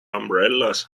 umbrellas